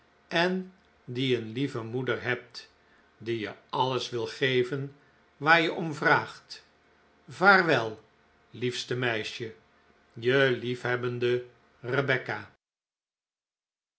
en die een lieve moeder hebt die je alles wil geven waar je om vraagt vaarwel liefste meisje je liefhebbende rebecca